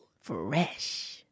Fresh